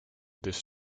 this